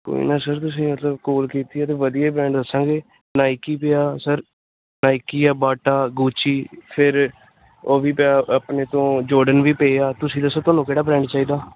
ਕੋਈ ਨਾ ਸਰ ਤੁਸੀਂ ਮਤਲਬ ਕੋਲ ਕੀਤੀ ਹੈ ਤਾਂ ਵਧੀਆ ਬ੍ਰੈਂਡ ਦੱਸਾਂਗੇ ਨਾਇਕੀ ਪਿਆ ਸਰ ਨਾਇਕੀ ਆ ਬਾਟਾ ਗੁਚੀ ਫਿਰ ਉਹ ਵੀ ਪਿਆ ਆਪਣੇ ਤੋਂ ਜੋਡਨ ਵੀ ਪਏ ਆ ਤੁਸੀਂ ਦੱਸੋ ਤੁਹਾਨੂੰ ਕਿਹੜਾ ਬ੍ਰੈਂਡ ਚਾਹੀਦਾ